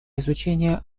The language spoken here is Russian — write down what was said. изучения